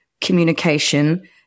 communication